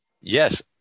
yes